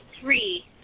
three